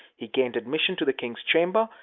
he gained admission to the king's chamber,